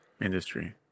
industry